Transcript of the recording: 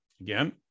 Again